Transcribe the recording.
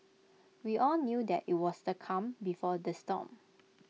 we all knew that IT was the calm before the storm